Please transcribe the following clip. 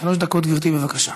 דקות, גברתי, בבקשה.